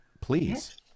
please